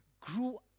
grew